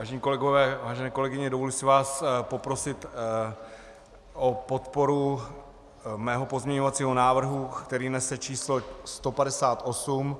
Vážení kolegové, vážené kolegyně, dovoluji si vás poprosit o podporu svého pozměňovacího návrhu, který nese č. 158.